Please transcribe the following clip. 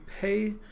pay